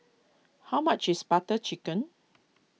how much is Butter Chicken